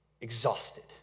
exhausted